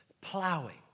plowing